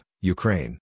Ukraine